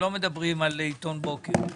אנחנו לא מדברים על עיתון בוקר.